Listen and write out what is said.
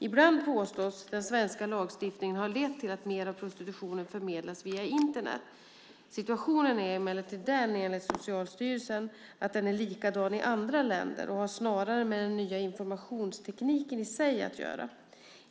Ibland påstås den svenska lagstiftningen ha lett till att mer av prostitutionen förmedlas via Internet. Situationen är emellertid, enligt Socialstyrelsen, likadan i andra länder och har snarare med den nya informationstekniken i sig att göra.